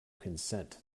consent